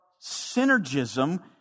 synergism